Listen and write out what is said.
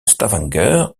stavanger